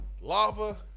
lava